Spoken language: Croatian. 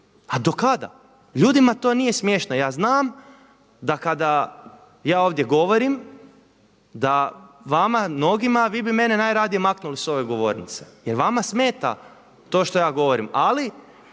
A do kada? Ljudima to nije smiješno. Ja znam da kada je ovdje govorim da vama mnogima vi bi mene najradije maknuli s ove govornice jer vama smeta to što ja govorim, ali